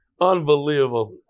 Unbelievable